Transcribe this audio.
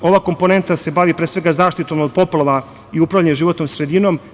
Ova komponenta se bavi pre svega zaštitom od poplava i upravljanjem životnom sredinom.